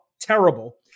terrible